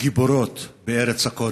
גיבורות בארץ הקודש.